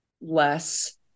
less